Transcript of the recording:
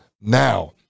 now